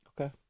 Okay